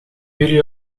jullie